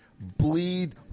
bleed